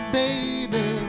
baby